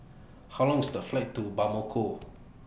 How Long IS The Flight to Bamako